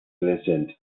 listed